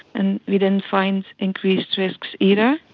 and we didn't find increased risks either.